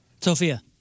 Sophia